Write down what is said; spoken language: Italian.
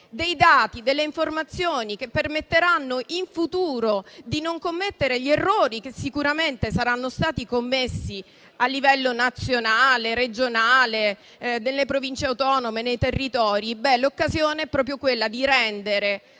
dei dati, delle informazioni che permetteranno in futuro di non commettere gli errori che sicuramente saranno stati commessi a livello nazionale, regionale, delle Province autonome e nei territori, l'occasione è proprio quella di rendere